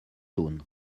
tun